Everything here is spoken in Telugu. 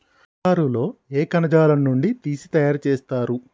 కంగారు లో ఏ కణజాలం నుండి తీసి తయారు చేస్తారు?